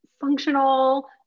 functional